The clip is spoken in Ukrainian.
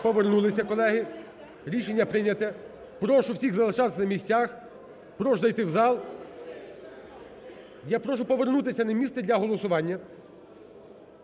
Повернулися, колеги. Рішення прийняте. Прошу всіх залишатися на місцях. Прошу зайти в зал. Я прошу повернутися на місце для голосування.